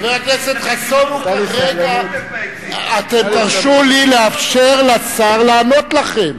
חבר הכנסת חסון, אתם תרשו לי לאפשר לשר לענות לכם.